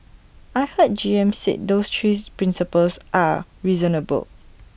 I heard G M said those three principles are reasonable